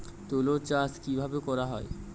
তুলো চাষ কিভাবে করা হয়?